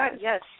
Yes